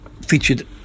featured